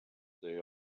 they